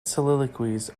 soliloquies